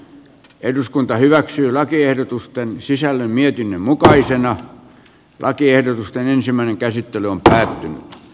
eduskunta hyväksyy lakiehdotusten niin kuin näen että miten tämän pitäisi käytännössä toimia